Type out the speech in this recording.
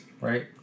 right